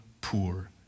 poor